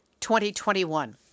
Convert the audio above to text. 2021